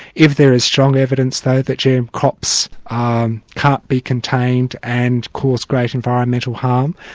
if there is strong evidence, though, that gm crops um can't be contained and cause great environmental harm,